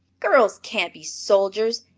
girls can't be soldiers,